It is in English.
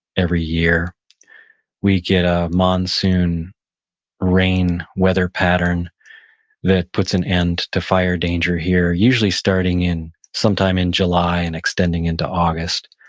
every year we get a monsoon rain weather pattern that puts an end to fire danger here, usually starting sometime in july and extending into august.